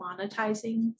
monetizing